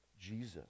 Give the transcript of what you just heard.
jesus